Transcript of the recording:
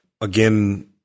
Again